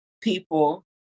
people